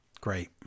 Great